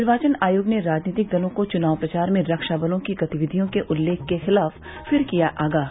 निर्वाचन आयोग ने राजनीतिक दलों को चुनाव प्रचार में रक्षाबलों की गतिविधियों के उल्लेख के खिलाफ फिर किया आगाह